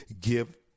give